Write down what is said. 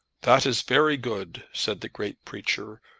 that is very good, said the great preacher.